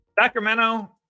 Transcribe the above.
Sacramento